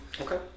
Okay